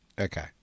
Okay